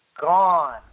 Gone